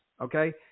Okay